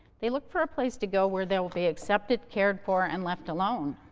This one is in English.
they look for a place to go where they'll be accepted, cared for and left alone.